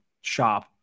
shop